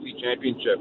Championship